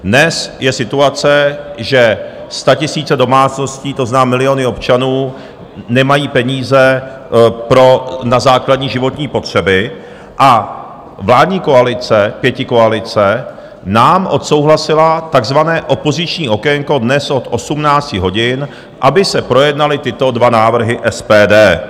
Dnes je situace, že statisíce domácností, to znamená miliony občanů, nemají peníze na základní životní potřeby, a vládní koalice, pětikoalice, nám odsouhlasila takzvané opoziční okénko dnes od 18 hodin, aby se projednaly tyto dva návrhy SPD.